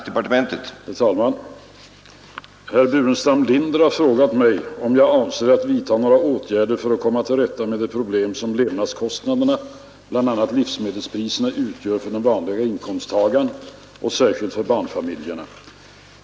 Herr talman! Herr Burenstam Linder har frågat mig om jag avser att vidta några åtgärder för att komma till rätta med de problem som levnadskostnaderna, bl.a. livsmedelspriserna, utgör för den vanliga inkomsttagaren och särskilt för barnfamiljerna.